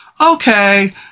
okay